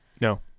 No